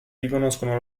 riconoscono